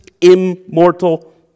immortal